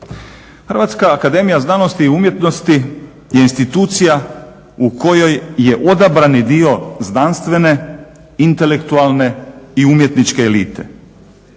Hrvatska akademija znanosti i umjetnosti je institucija u kojoj je odabrani dio znanstvene, intelektualne i umjetničke elite.